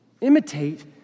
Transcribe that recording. Imitate